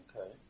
Okay